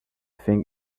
thing